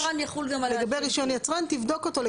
מה שקבוע היום לרישיון יצרן יחול גם על העתיד.